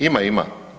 Ima, ima.